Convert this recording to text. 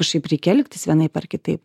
kažkaip reikia elgtis vienaip ar kitaip